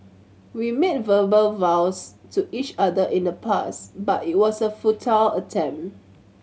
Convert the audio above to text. we made verbal vows to each other in the past but it was a futile attempt